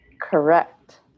Correct